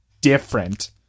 different